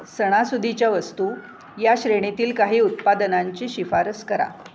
सणासुदीच्या वस्तू या श्रेणीतील काही उत्पादनांची शिफारस करा